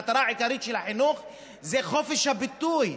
המטרה העיקרית של החינוך זה חופש הביטוי,